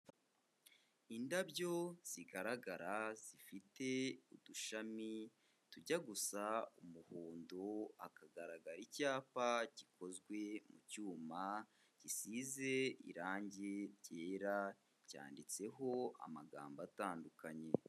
Indabyo zigaragara zifite udushami tujya gusa umuhundo, hakagaragara icyapa gikozwe mu cyuma gisize irange ryera cyanditseho amagambo atandukanye.